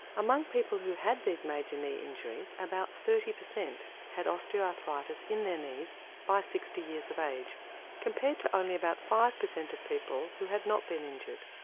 among people who had these major knee injuries about thirty percent had osteoarthritis in their knees by sixty years of age compared to only about five percent of people who had not been injured.